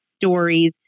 stories